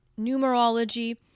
numerology